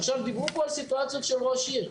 עכשיו, דיברו פה על סיטואציות של ראש עיר.